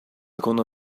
gonna